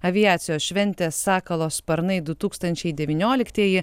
aviacijos šventė sakalo sparnai du tūkstančiai devynioliktieji